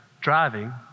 driving